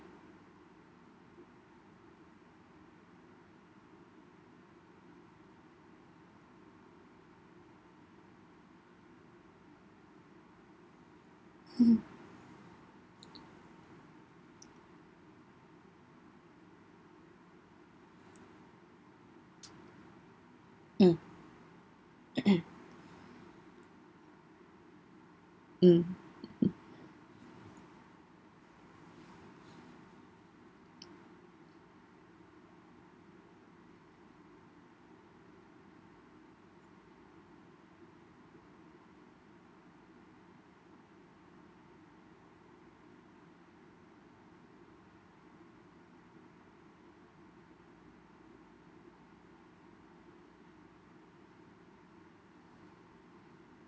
mm mm